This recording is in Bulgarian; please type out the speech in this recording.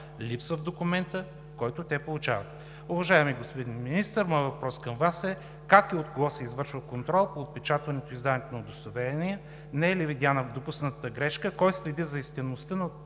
липсва в документа, който те получават. Уважаеми господин Министър, моят въпрос към Вас е: как и от кого се извършва контролът по отпечатването и издаването на удостоверения? Не е ли видяна допуснатата грешка? Кой следи за истинността на